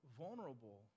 vulnerable